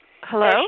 Hello